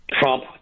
Trump